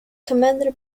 commander